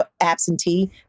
absentee